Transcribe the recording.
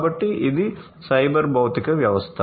కాబట్టి ఇది సైబర్ భౌతిక వ్యవస్థ